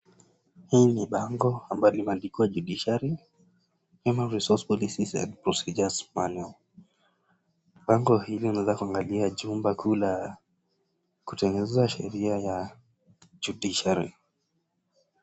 Hii ni bango ambalo limeandikwa Judiciary , Human Resource Policies and Procedures Manual . Bango hili unaweza kuangalia jumba kuu la kutengeneza sheria ya Judiciary .